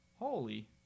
holy